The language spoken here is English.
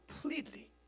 Completely